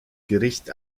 gericht